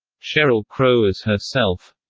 sheryl crow as herself